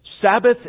Sabbath